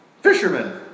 Fishermen